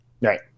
Right